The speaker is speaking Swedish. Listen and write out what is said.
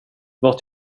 vart